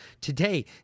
Today